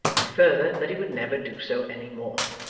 and further that he would never do so any more.